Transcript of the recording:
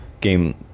game